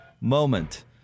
moment